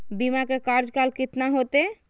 बीमा के कार्यकाल कितना होते?